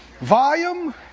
Volume